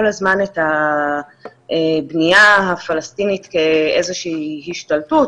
הזמן את הבנייה הפלסטינית כאיזושהי השתלטות,